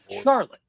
Charlotte